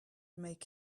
make